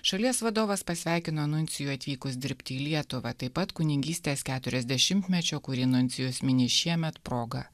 šalies vadovas pasveikino nuncijų atvykus dirbti į lietuvą taip pat kunigystės keturiasdešimtmečio kurį nuncijus mini šiemet proga